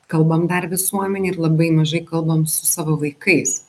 kalbam dar visuomenėj ir labai mažai kalbam su savo vaikais